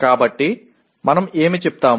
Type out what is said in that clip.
కాబట్టి మనం ఏమి చెప్తాము